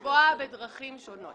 יש לקבוע בדרכים שונות.